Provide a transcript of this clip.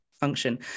function